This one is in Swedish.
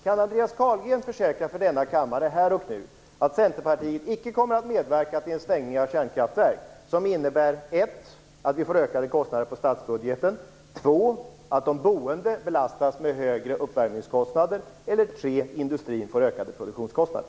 Kan Andreas Carlgren försäkra för denna kammare här och nu att Centerpartiet icke kommer att medverka till en stängning av kärnkraftverk som innebär att vi får ökade kostnader på statsbudgeten, att någon boende belastas med högre uppvärmningskostnader eller att industrin får ökade produktionskostnader?